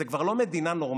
זו כבר לא מדינה נורמלית,